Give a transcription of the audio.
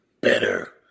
better